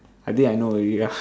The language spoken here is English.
I think I know already lah